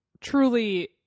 truly